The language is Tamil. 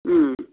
ம்